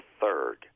third